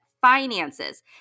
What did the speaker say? finances